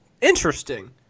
interesting